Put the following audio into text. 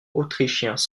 autrichiens